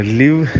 live